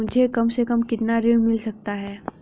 मुझे कम से कम कितना ऋण मिल सकता है?